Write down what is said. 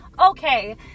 Okay